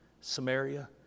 Samaria